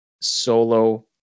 solo